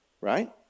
Right